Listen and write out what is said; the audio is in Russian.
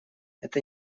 это